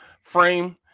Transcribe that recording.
frame